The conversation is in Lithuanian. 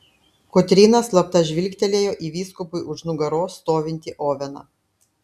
kotryna slapta žvilgtelėjo į vyskupui už nugaros stovintį oveną